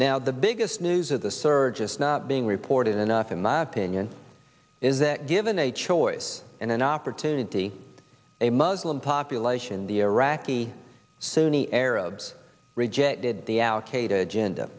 now the biggest news of the surge is not being reported enough in my opinion is that given a choice and an opportunity a muslim population the iraqi sunni arabs rejected the al